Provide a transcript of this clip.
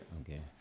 Okay